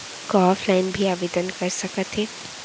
का ऑफलाइन भी आवदेन कर सकत हे?